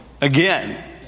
again